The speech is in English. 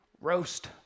Roast